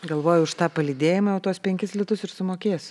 galvojau už tą palydėjimą jau tuos penkis litus ir sumokėsiu